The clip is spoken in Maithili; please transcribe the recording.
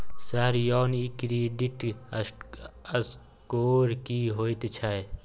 सर यौ इ क्रेडिट स्कोर की होयत छै?